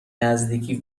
نزدیکی